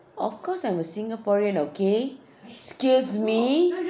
of course I'm a singaporean okay excuse me